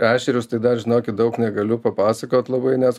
ešerius tai dar žinokit daug negaliu papasakot labai nes